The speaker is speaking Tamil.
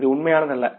இது உண்மையானதல்ல